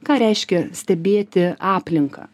ką reiškia stebėti aplinką